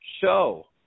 Show